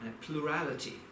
plurality